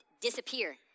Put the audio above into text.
disappear